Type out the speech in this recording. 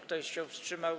Kto się wstrzymał?